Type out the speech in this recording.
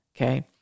Okay